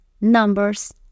numbers